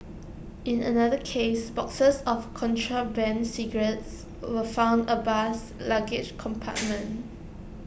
in another case boxes of contraband cigarettes were found A bus's luggage compartment